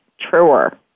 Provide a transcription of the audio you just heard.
truer